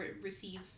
receive